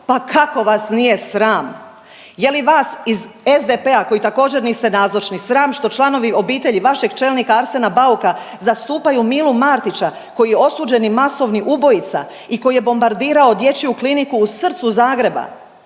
Pa kako vas nije sram? Je li vas iz SDP-a koji također niste nazočni, sram što članovi obitelji vašeg čelnika Arsena Bauka, zastupaju Milu Martića koji je osuđeni masovni ubojica i koji je bombardirao dječju kliniku srcu Zagreba.